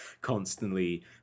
constantly